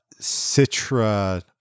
Citra